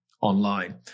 online